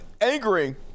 angering